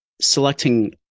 selecting